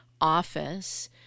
office